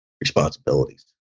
responsibilities